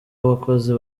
abakozi